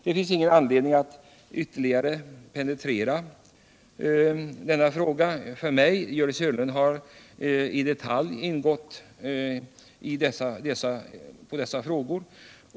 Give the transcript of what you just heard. Det finns ingen anledning för mig att ytterligare penetrera denna fråga. Gördis Hörnlund har i detalj gått in på den.